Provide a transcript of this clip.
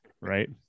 right